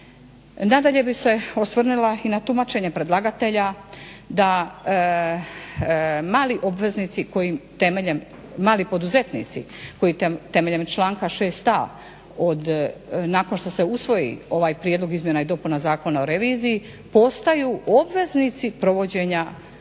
Nadalje bih se osvrnula i na tumačenje predlagatelja da mali poduzetnici koji temeljem članka 6.a nakon što se usvoji ovaj Prijedlog izmjena i dopuna Zakona o reviziji postaju obveznici provođenja revizije.